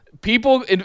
People